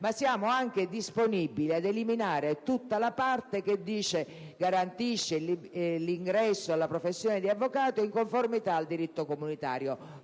siamo anche disponibili ad eliminare la parte che recita «garantisce l'ingresso alla professione di avvocato, in conformità al diritto comunitario»,